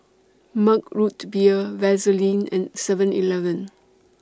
Mug Root Beer Vaseline and Seven Eleven